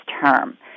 term